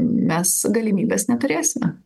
mes galimybės neturėsime